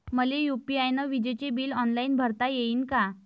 मले यू.पी.आय न विजेचे बिल ऑनलाईन भरता येईन का?